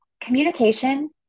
Communication